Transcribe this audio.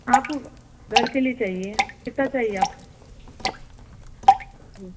آپ گھر کے لئے چاہئے کتنا چاہئے آپ کو ہوں